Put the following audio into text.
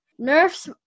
Nerf's